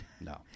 No